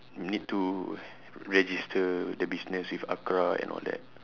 you need to register the business with ACRA and all that